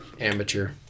Amateur